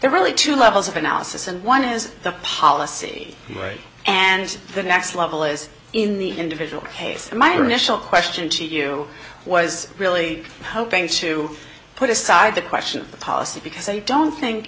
are really two levels of analysis and one is the policy right and the next level is in the individual case my initial question to you was really hoping to put aside the question of the policy because i don't think